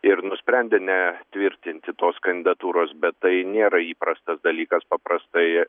ir nusprendė netvirtinti tos kandidatūros bet tai nėra įprastas dalykas paprastai